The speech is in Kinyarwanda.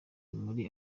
muri